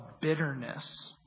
bitterness